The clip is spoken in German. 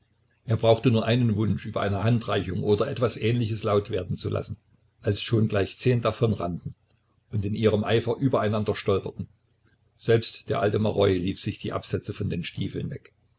er brauchte nur einen wunsch über eine handreichung oder etwas ähnliches laut werden zu lassen als schon gleich zehn davonrannten und in ihrem eifer übereinander stolperten selbst der alte maroi lief sich die absätze von den stiefeln weg